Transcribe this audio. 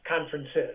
conferences